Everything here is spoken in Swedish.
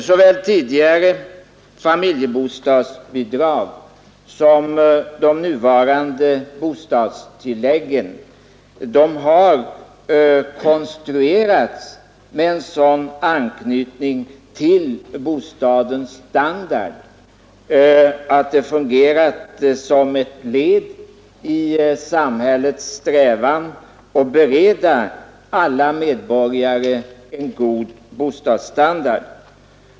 Såväl tidigare familjebostadsbidrag som de nuvarande bostadstilläggen har konstruerats med en sådan anknytning till bostadsstandarden att de fungerat som ett led i samhällets strävan att bereda alla medborgare en god bostadsstandard.